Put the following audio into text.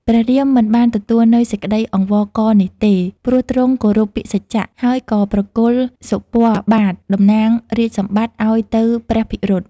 ព្រះរាម មិនបានទទួលនូវសេចក្តីអង្វរករនេះទេ ព្រោះទ្រង់គោរពពាក្យសច្ចៈ ហើយក៏ប្រគល់សុពណ៌បាទតំណាងរាជ្យសម្បត្តិ ឱ្យទៅព្រះភិរុត។